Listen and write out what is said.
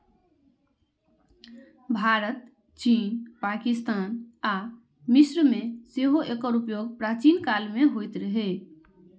भारत, चीन, पाकिस्तान आ मिस्र मे सेहो एकर उपयोग प्राचीन काल मे होइत रहै